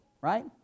right